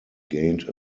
gained